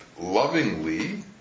lovingly